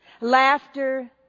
laughter